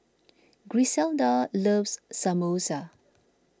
Griselda loves Samosa